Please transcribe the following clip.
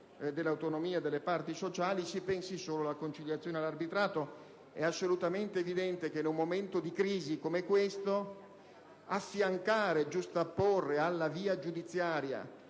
dell'autonomia delle parti sociali (si pensi solo alla conciliazione e all'arbitrato). È evidente che, in un momento di crisi come, questo affiancare, giustapporre alla via giudiziaria